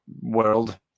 world